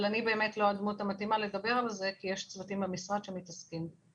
אני לא הדמות המתאימה לדבר על זה כי יש צוותים במשרד שמתעסקים בזה.